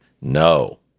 No